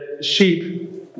sheep